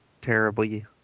terribly